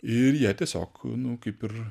ir jie tiesiog nu kaip ir